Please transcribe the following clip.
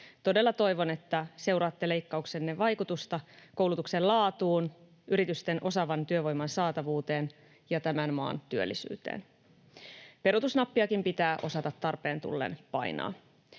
Todella toivon, että seuraatte leikkauksenne vaikutusta koulutuksen laatuun, yritysten osaavan työvoiman saatavuuteen ja tämän maan työllisyyteen. Peruutusnappiakin pitää osata tarpeen tullen painaa.